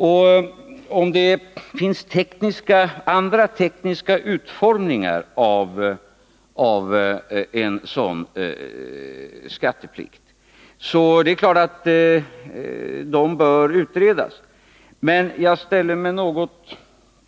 Det är klart att om det finns andra tekniska utformningar av en sådan skattepliktig förmån så bör de utredas. Men jag ställer mig något